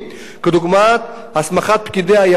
כדוגמת הסמכת פקידי היערות,